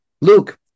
Luke